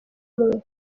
umwe